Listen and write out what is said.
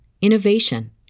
innovation